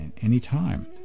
anytime